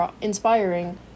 inspiring